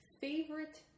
favorite